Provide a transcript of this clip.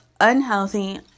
unhealthy